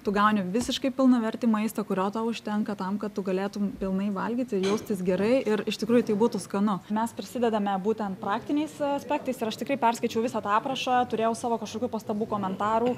tu gauni visiškai pilnavertį maistą kurio tau užtenka tam kad tu galėtum pilnai valgyti jaustis gerai ir iš tikrųjų tai būtų skanu mes prisidedame būtent praktiniais aspektais ir aš tikrai perskaičiau visą tą aprašą turėjau savo kažkokių pastabų komentarų